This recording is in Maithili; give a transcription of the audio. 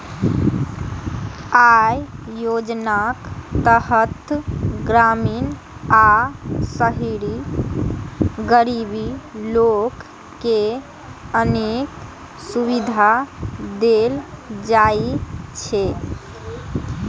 अय योजनाक तहत ग्रामीण आ शहरी गरीब लोक कें अनेक सुविधा देल जाइ छै